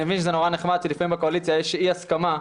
אני מבין שזה נורא נחמד שלפעמים בקואליציה יש אי הסכמה.